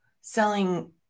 selling